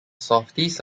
southeast